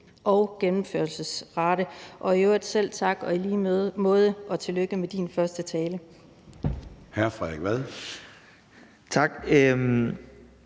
og gennemførelsesrate. Og i øvrigt selv tak og i lige måde – tillykke med din første tale.